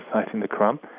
and the qur'an.